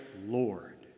Lord